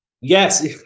Yes